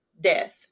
death